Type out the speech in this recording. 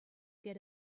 get